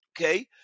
Okay